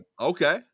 Okay